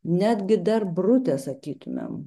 netgi dar brute sakytumėm